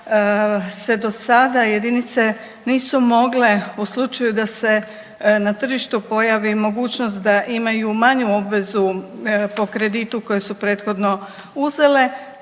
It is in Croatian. se do sada jedinice nisu mogle u slučaju da se na tržištu pojavi i mogućnost da imaju manju obvezu po kreditu koje su prethodno uzele,